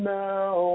now